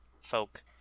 folk